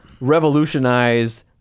revolutionized-